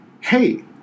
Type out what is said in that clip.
Hey